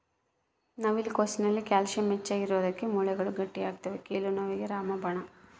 ನವಿಲು ಕೋಸಿನಲ್ಲಿ ಕ್ಯಾಲ್ಸಿಯಂ ಹೆಚ್ಚಿಗಿರೋದುಕ್ಕ ಮೂಳೆಗಳು ಗಟ್ಟಿಯಾಗ್ತವೆ ಕೀಲು ನೋವಿಗೆ ರಾಮಬಾಣ